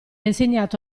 insegnato